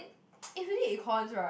if really econs right